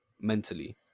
mentally